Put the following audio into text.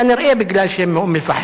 כנראה בגלל שהם מאום-אל-פחם.